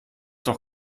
doch